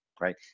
right